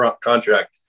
contract